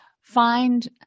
find